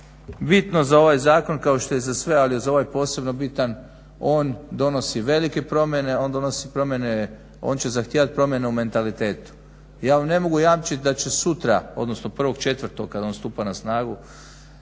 bitno za ovaj zakon kao što je za sve, ali je za ovaj posebno bitan on donosi velike promjene, on donosi promjene, on će zahtijevati promjene u mentalitetu. Ja vam ne mogu jamčiti da će sutra odnosno 1.4. kad on stupa na snagu